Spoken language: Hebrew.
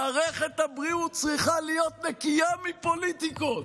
מערכת הבריאות צריכה להיות נקייה מפוליטיקות.